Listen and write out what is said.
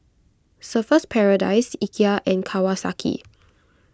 Surfer's Paradise Ikea and Kawasaki